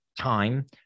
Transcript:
time